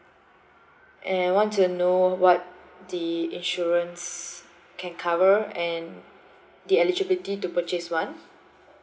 and I want to know what the insurance can cover and the eligibility to purchase one